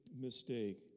mistake